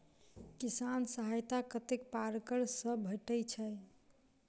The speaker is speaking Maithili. किसान सहायता कतेक पारकर सऽ भेटय छै?